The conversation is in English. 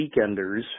weekenders